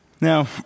Now